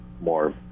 more